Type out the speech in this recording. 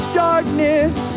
darkness